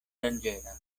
danĝera